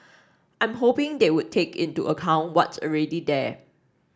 I'm hoping they would take into account what's already there